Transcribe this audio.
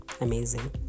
amazing